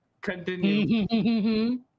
Continue